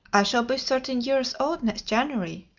i shall be thirteen years old next january,